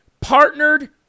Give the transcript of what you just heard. partnered